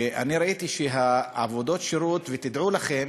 ואני ראיתי שעבודות השירות, ותדעו לכם